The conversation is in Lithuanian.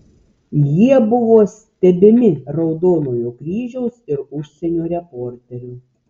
jie buvo stebimi raudonojo kryžiaus ir užsienio reporterių